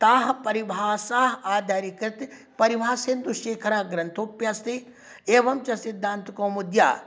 ताः परिभाषाः आधारीकृत्य परिभाषेन्दुशेखरः ग्रन्थोऽप्यस्ति एवञ्च सिद्धान्तकौमुद्या